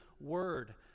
word